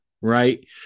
right